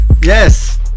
Yes